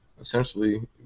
essentially